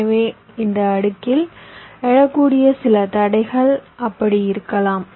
எனவே இந்த அடுக்கில் எழக்கூடிய சில தடைகள் அப்படி இருக்கலாம்